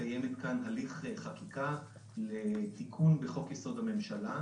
מקיימת כאן הליך חקיקה לתיקון בחוק-יסוד: הממשלה.